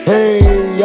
Hey